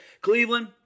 Cleveland